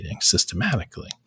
systematically